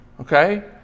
okay